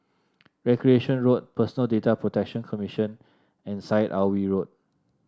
Recreation Road Personal Data Protection Commission and Syed Alwi Road